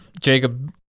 Jacob